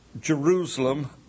Jerusalem